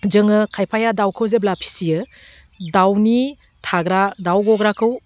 जोङो खायफाया दाउखौ जेब्ला फिसियो दाउनि थाग्रा दाउ गग्राखौ